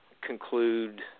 conclude